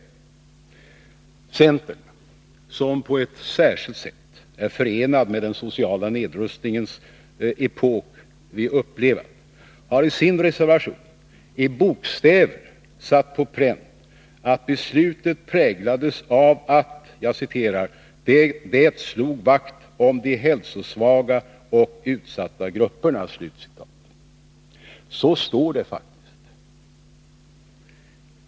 15 december 1982 Centern, som på ett särskilt sätt är förenad med den den sociala nedrustningens epok vi upplevt, har i sin reservation satt på pränt att beslutet präglades av att ”det slog vakt om de hälsosvaga och utsatta grupperna”. Så står det faktiskt.